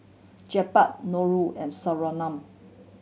Jebat Nurul and Surinam